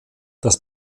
das